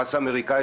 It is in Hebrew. המס האמריקאי,